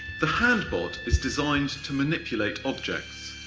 the hand bot is designed to manipulate objects.